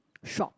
shop